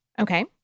Okay